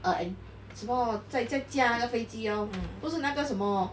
err and 什么在在驾那个飞机 lor 不是那个什么